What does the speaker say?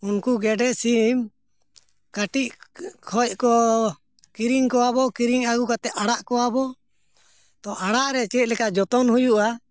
ᱩᱱᱠᱩ ᱜᱮᱰᱮ ᱥᱤᱢ ᱠᱟᱹᱴᱤᱡ ᱠᱷᱚᱱ ᱠᱚ ᱠᱤᱨᱤᱧ ᱠᱚᱣᱟᱵᱚᱱ ᱠᱤᱨᱤᱧ ᱟᱹᱜᱩ ᱠᱟᱛᱮᱫ ᱟᱲᱟᱜ ᱠᱚᱣᱟᱵᱚᱱ ᱛᱚ ᱟᱲᱟᱜ ᱨᱮ ᱪᱮᱫ ᱞᱮᱠᱟ ᱡᱚᱛᱚᱱ ᱦᱩᱭᱩᱜᱼᱟ